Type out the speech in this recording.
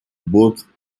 both